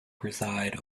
preside